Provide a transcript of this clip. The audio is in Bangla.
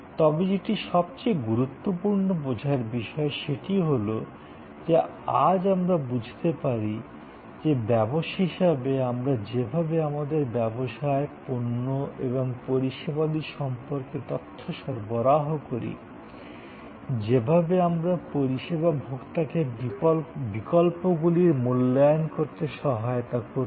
তবে যেটি সবচেয়ে গুরুত্বপূর্ণ বোঝার বিষয় সেটি হল যে আজ আমরা বুঝতে পারি যে ব্যবসা হিসাবে আমরা যেভাবে আমাদের ব্যবসায় পণ্য এবং পরিষেবাদি সম্পর্কে তথ্য সরবরাহ করি যেভাবে আমরা পরিষেবা ভোক্তাকে বিকল্পগুলির মূল্যায়ন করতে সহায়তা করব